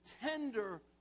tender